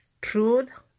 Truth